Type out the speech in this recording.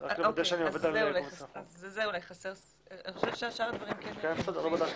אני חושבת ששאר הדברים נמצאים.